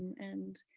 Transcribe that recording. and,